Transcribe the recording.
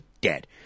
dead